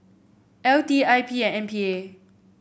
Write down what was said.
L T I P and M P A